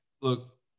look